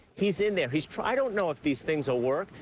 he's in there, he's trying. i don't know if these things will work,